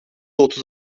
otuz